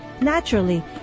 naturally